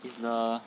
is the